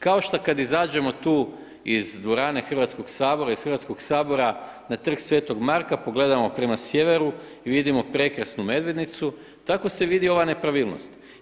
Kao kada izađemo tu iz dvorane Hrvatskog sabora, iz Hrvatskog sabora na Trg svetog Marka, pogledamo prema Sljemenu i vidimo prekrasnu Medvednicu, tako se vidi ova nepravilnost.